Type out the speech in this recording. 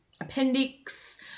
appendix